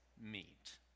meet